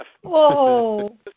Whoa